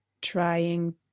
Trying